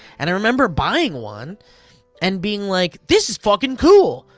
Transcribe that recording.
and i remember buying one and being like, this is fucking cool,